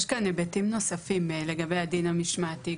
יש כאן היבטים נוספים לגבי הדין המשמעתי,